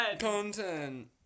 Content